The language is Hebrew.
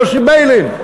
יוסי ביילין,